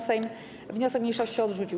Sejm wniosek mniejszości odrzucił.